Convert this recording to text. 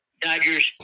Dodgers